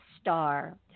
Star